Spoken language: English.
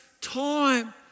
time